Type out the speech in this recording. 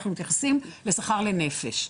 אנחנו מתייחסים לשכר לנפש.